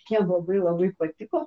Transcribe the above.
jiem labai labai patiko